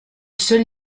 seul